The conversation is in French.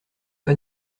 pas